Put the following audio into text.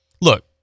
Look